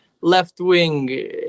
left-wing